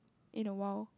in a while